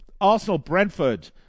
Arsenal-Brentford